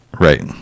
Right